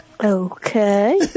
Okay